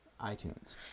iTunes